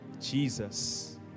Jesus